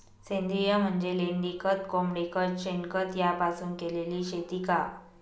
सेंद्रिय म्हणजे लेंडीखत, कोंबडीखत, शेणखत यापासून केलेली शेती का?